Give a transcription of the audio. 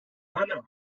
anna